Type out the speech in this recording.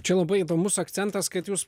čia labai įdomus akcentas kad jūs